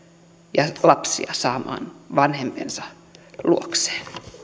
ja lapsia saamasta vanhempansa luokseen